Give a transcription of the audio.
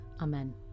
Amen